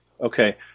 Okay